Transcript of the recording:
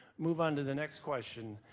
move onto the next question.